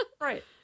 right